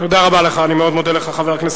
כי זמנך עבר.